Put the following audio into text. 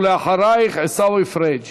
אחריך, עיסאווי פריג'.